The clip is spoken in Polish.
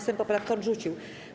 Sejm poprawkę odrzucił.